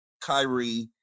Kyrie